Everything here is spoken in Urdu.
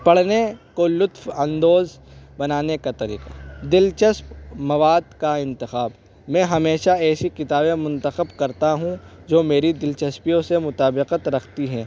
پڑھنے کو لطف اندوز بنانے کا طریقہ دلچسپ مواد کا انتخاب میں ہمیشہ ایسی کتابیں منتخب کرتا ہوں جو میری دلچسپیوں سے مطابقت رکھتی ہیں